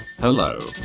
Hello